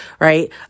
right